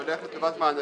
נכלל תקציב למענקים,